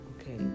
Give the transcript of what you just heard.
Okay